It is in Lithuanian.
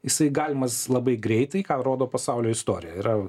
jisai galimas labai greitai ką rodo pasaulio istorija yra